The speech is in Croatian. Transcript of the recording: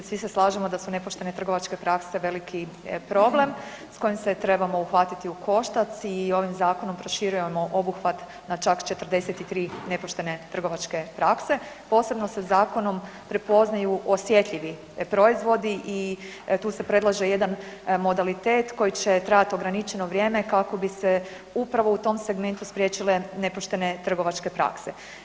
Svi se slažemo da su nepoštene trgovačke prakse veliki problem s kojim se trebamo uhvatiti ukoštac i ovim zakonom proširujemo obuhvat na čak 43 nepoštene trgovačke prakse, posebno se zakonom prepoznaju osjetljivi proizvodi i tu se predlaže jedan modalitet koji će trajati ograničeno vrijeme kako bi se upravo u tom segmentu spriječile nepoštene trgovačke prakse.